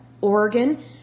Oregon